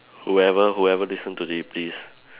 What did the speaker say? whoever whoever listen to this please